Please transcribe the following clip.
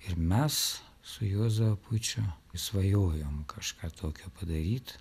ir mes su juozu apučiu svajojom kažką tokio padaryt